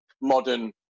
modern